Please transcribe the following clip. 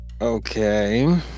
Okay